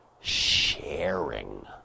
sharing